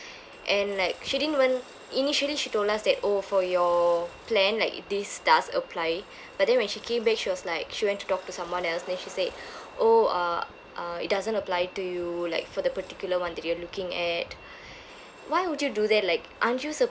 and like she didn't even initially she told us that oh for your plan like this does apply but then when she came back she was like she went to talk to someone else then she said oh uh uh it doesn't apply to you like for the particular one that you are looking at why would you do that like aren't you supposed